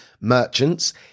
merchants